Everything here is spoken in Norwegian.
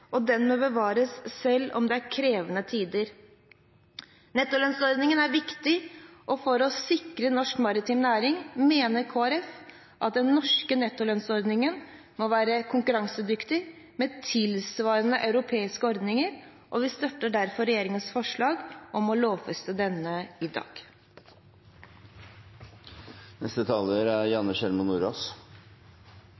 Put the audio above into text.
og den må bevares, selv om det er krevende tider. Nettolønnsordningen er viktig, og for å sikre norsk maritim næring mener Kristelig Folkeparti at den norske nettolønnsordningen må være konkurransedyktig med tilsvarende europeiske ordninger. Vi støtter derfor regjeringens forslag om å lovfeste denne i dag. Senterpartiet sier ja til norske sjøfolk. Norske sjøfolk er